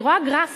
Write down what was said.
אני רואה גרף